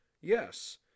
Yes